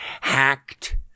hacked